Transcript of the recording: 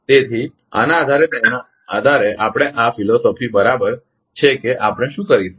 તેથી આના આધારે તેના આધારે આપણી આ ફિલસૂફી બરાબર છે કે આપણે શું કરી શકીએ